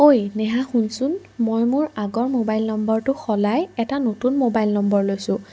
ঐ নেহা শুনচোন মই মোৰ আগৰ মোবাইল নম্বৰটো সলাই এটা নতুন মোবাইল নম্বৰ লৈছোঁ